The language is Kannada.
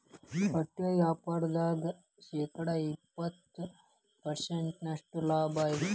ಬಟ್ಟಿ ವ್ಯಾಪಾರ್ದಾಗ ಶೇಕಡ ಎಪ್ಪ್ತತ ಪರ್ಸೆಂಟಿನಷ್ಟ ಲಾಭಾ ಐತಿ